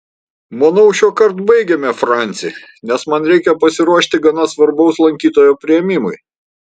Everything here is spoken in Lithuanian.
manau šiuokart baigėme franci nes man reikia pasiruošti gana svarbaus lankytojo priėmimui